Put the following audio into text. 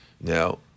Now